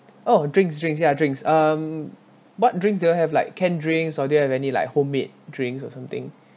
oh drinks drinks ya drinks um what drink do you have like can drinks or do you have any like home-made drinks or something